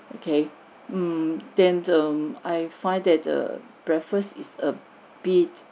okay mm then mm I find that the breakfast is a bit